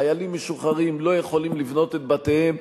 חיילים משוחררים לא יכולים לבנות את בתיהם.